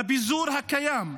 בפיזור הקיים,